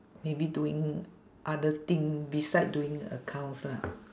maybe doing other thing beside doing accounts lah